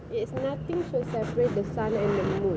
yes nothing will separate the sun and the moon